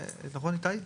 כן.